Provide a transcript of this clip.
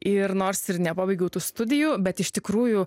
ir nors ir nepabaigiau tų studijų bet iš tikrųjų